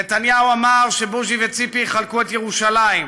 נתניהו אמר שבוז'י וציפי יחלקו את ירושלים,